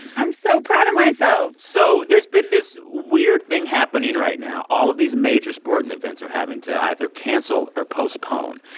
i'm so proud of myself so there's been this weird thing happening right now. all of these major sporting events are having to either cancel or postpone.